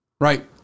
Right